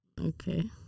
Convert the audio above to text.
Okay